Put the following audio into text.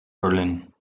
berlin